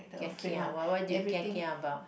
kia why what do you kia kia about